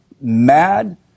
mad